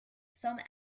some